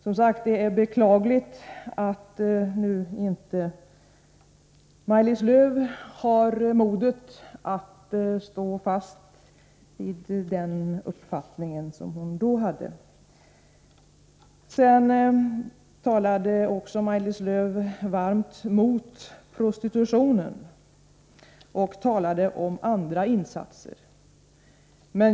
Som sagt, det är beklagligt att Maj-Lis Lööw inte har modet att nu stå fast vid den uppfattning som hon då hade. Maj-Lis Lööw talade varmt mot prostitution och talade om andra insatser.